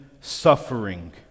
suffering